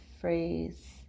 phrase